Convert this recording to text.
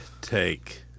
take